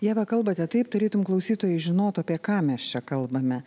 ieva kalbate taip turėtum klausytojai žinotų apie ką mes čia kalbame